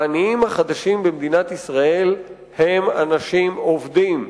העניים החדשים במדינת ישראל הם אנשים עובדים,